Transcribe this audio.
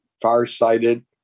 far-sighted